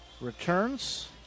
Returns